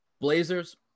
Blazers